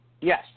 Yes